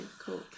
cool